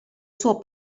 suo